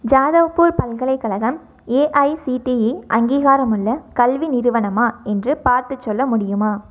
ஜாதவ்பூர் பல்கலைக்கழகம் ஏஐசிடிஇ அங்கீகாரமுள்ள கல்வி நிறுவனமா என்று பார்த்து சொல்ல முடியுமா